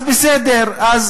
אז בסדר, אז